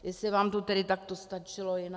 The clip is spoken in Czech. Jestli vám to tedy takto stačilo, jinak...